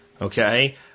Okay